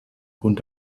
grund